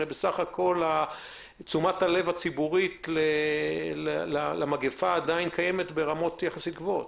הרי בסף הכול תשומת הלב הציבורית למגפה עדיין קיימת ברמות גבוהות.